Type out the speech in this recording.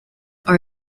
are